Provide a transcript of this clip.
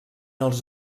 els